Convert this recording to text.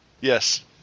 Yes